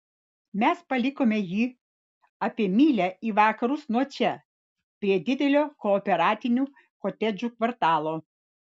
mes palikome jį apie mylią į vakarus nuo čia prie didelio kooperatinių kotedžų kvartalo